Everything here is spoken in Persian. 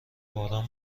باران